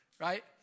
Right